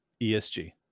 ESG